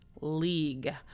league